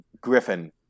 Griffin